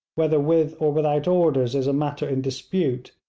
whether with or without orders is a matter in dispute,